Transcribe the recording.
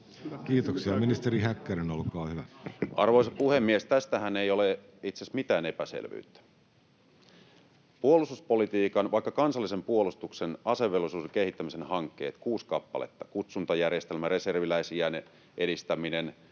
Kiitoksia. — Ministeri Häkkänen, olkaa hyvä. Arvoisa puhemies! Tästähän ei ole itse asiassa mitään epäselvyyttä. Vaikkapa kansallisen puolustuksen ja asevelvollisuuden kehittämisen hankkeita on kuusi kappaletta, kutsuntajärjestelmä, reserviläisiän edistäminen,